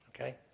okay